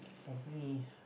for me